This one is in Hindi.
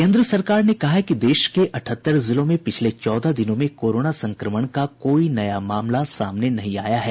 केन्द्र सरकार ने कहा है कि देश के अठहत्तर जिलों में पिछले चौदह दिनों में कोरोना संक्रमण का कोई नया मामला सामने नहीं आया है